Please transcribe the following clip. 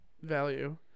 value